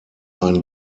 ein